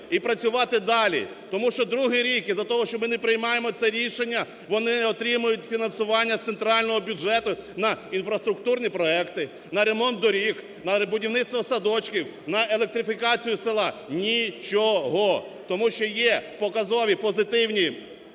і працювати далі, тому що другий рік із-за того, що ми не приймаємо це рішення, вони не отримують фінансування з центрального бюджету на інфраструктурні проекти, на ремонт доріг, на будівництво садочків, на електрифікацію села – нічого. Тому що є показові позитивні